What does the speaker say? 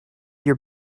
your